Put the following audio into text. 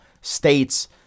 states